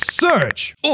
Search